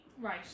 Right